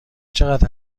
چقدر